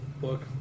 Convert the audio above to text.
book